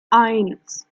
eins